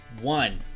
one